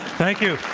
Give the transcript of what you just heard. thank you.